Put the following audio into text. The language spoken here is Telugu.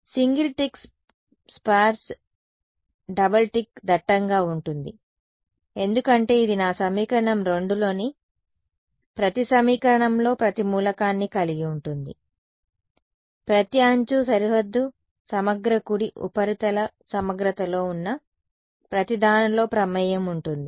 కాబట్టి single tick sparse double tick దట్టంగా ఉంటుంది ఎందుకంటే ఇది నా సమీకరణం 2లోని ప్రతి సమీకరణంలో ప్రతి మూలకాన్ని కలిగి ఉంటుంది ప్రతి అంచు సరిహద్దు సమగ్ర కుడి ఉపరితల సమగ్రతలో ఉన్న ప్రతిదానిలో ప్రమేయం ఉంటుంది